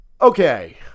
Okay